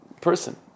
person